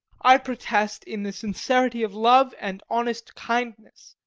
i protest, in the sincerity of love and honest kindness.